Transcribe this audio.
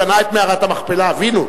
אבינו,